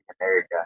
America